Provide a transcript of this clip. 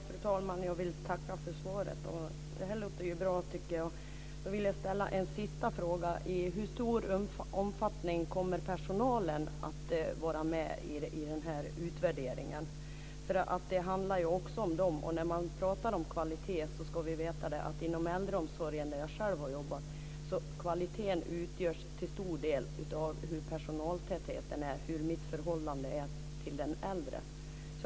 Fru talman! Jag vill tacka för svaret. Det här låter ju bra, tycker jag. Jag vill ställa en sista fråga. I hur stor omfattning kommer personalen att vara med i utvärderingen? Det handlar ju också om dem. När man pratar om kvalitet ska vi veta att inom äldreomsorgen, där jag själv har jobbat, utgörs kvaliteten till stor del av personaltätheten, hur mitt förhållande till den äldre är.